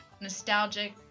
nostalgic